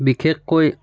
বিশেষকৈ